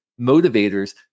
motivators